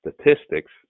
statistics